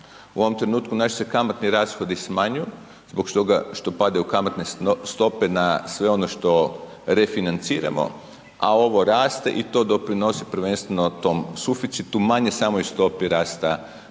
U ovom trenutku naši se kamatni rashodi smanjuju zbog toga što padaju kamatne stope na sve ono što refinanciramo, a ovo raste, i to doprinosi prvenstveno tom suficitu, manje samoj stopi rasta